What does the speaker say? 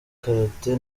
karate